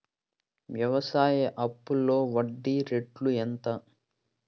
వ్యవసాయ అప్పులో వడ్డీ రేట్లు ఎంత?